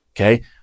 okay